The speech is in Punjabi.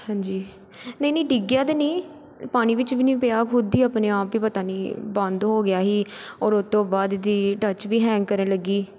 ਹਾਂਜੀ ਨਹੀਂ ਨਹੀਂ ਡਿੱਗਿਆਂ ਤਾਂ ਨਹੀਂ ਪਾਣੀ ਵਿੱਚ ਵੀ ਨਹੀਂ ਪਿਆ ਖੁਦ ਹੀ ਆਪਣੇ ਆਪ ਹੀ ਪਤਾ ਨਹੀਂ ਬੰਦ ਹੋ ਗਿਆ ਸੀ ਔਰ ਉਹ ਤੋਂ ਬਾਅਦ ਇਹਦੀ ਟੱਚ ਵੀ ਹੈਂਗ ਕਰਨ ਲੱਗੀ